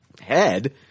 head